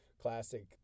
Classic